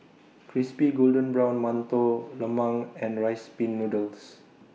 Crispy Golden Brown mantou Lemang and Rice Pin Noodles